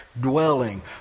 dwelling